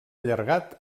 allargat